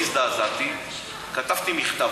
הזדעזעתי, כתבתי מכתב.